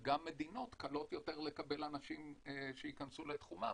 וגם מדינות קלות יותר לקבל אנשים שיכנסו לתחומן